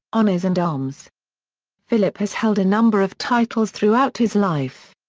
honours and arms philip has held a number of titles throughout his life.